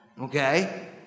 Okay